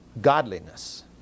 godliness